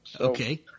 Okay